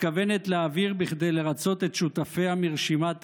מתכוונת להעביר כדי לרצות את שותפיה מרשימת רע"ם.